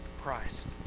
Christ